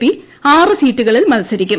P ആറ് സീറ്റുകളിൽ മത്സരിക്കും